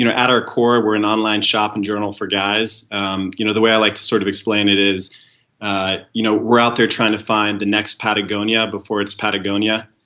you know at our core we're an online shop and journal for guys. um you know the way i like to sort of explain it is you know we're out there trying to find the next patagonia before its patagonia.